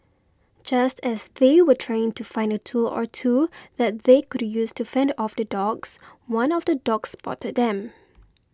just as they were trying to find a tool or two that they could use to fend off the dogs one of the dogs spotted them